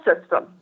system